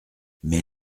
mais